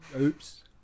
Oops